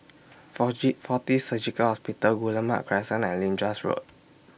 forge Fortis Surgical Hospital Guillemard Crescent and Lyndhurst Road